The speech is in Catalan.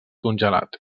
congelat